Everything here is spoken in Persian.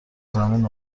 زمین